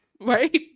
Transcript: Right